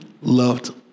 loved